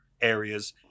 areas